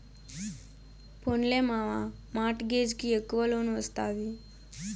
పోన్లే మావా, mortgage కి ఎక్కవ లోన్ ఒస్తాది